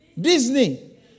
Disney